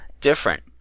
Different